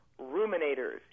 ruminators